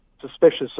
suspicious